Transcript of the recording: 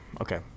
okay